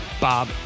Bob